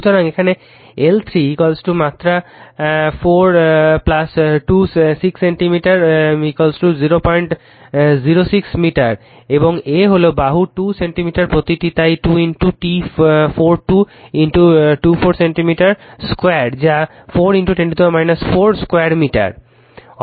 সুতরাং এখন L 3 মাত্র 4 2 6 সেন্টিমিটার 006 মিটার এবং A বাহু 2 সেন্টিমিটার প্রতিটি তাই 2 t 4 2 2 4 সেন্টিমিটার স্কয়ার যা 4 10 4 স্কয়ার মিটার